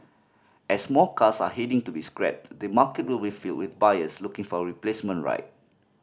as more cars are heading to be scrapped the market will be filled with buyers looking for a replacement ride